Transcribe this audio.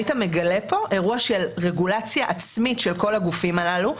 היית מגלה פה אירוע של רגולציה עצמית של כל הגופים הללו.